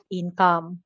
income